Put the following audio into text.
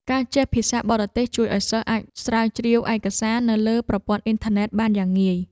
ការចេះភាសាបរទេសជួយឱ្យសិស្សអាចស្រាវជ្រាវឯកសារនៅលើប្រព័ន្ធអុីនធឺណិតបានយ៉ាងងាយ។